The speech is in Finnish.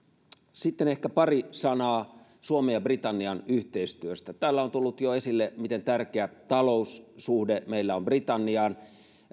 sitten ehkä pari sanaa suomen ja britannian yhteistyöstä täällä on jo tullut esille miten tärkeä taloussuhde meillä on britanniaan